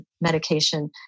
medication